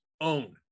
own